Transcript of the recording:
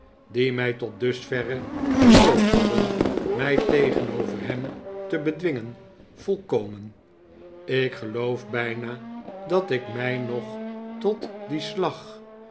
die mij tot dusverre genoopt hadden mij tegenover hem te bedwingen volkomen ik geloof bijna dat ik mij noch tot dien slag